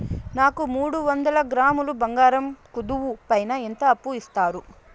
నాకు మూడు వందల గ్రాములు బంగారం కుదువు పైన ఎంత అప్పు ఇస్తారు?